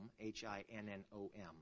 H-I-N-N-O-M